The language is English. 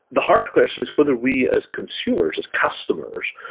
the hard question is whether we as consumers, as customers,